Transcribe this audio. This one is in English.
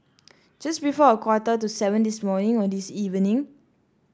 just before a quarter to seven this morning or this evening